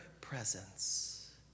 presence